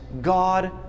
God